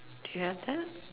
do you have that